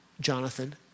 Jonathan